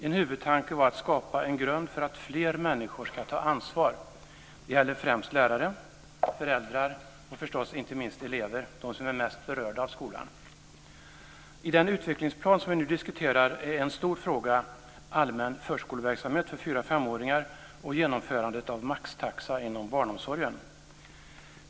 En huvudtanke var att skapa en grund för att fler människor ska ta ansvar. Det gäller främst lärare, föräldrar och inte minst elever, de som är mest berörda av skolan. I den utvecklingsplan som vi nu diskuterar är en stor fråga allmän förskoleverksamhet för fyra och femåringar och genomförande av maxtaxa inom barnomsorgen.